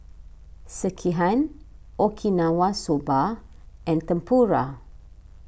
Sekihan Okinawa Soba and Tempura